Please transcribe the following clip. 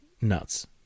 nuts